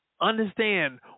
Understand